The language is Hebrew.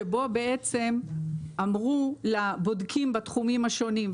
שבו בעצם אמרו לבודקים בתחומים השונים,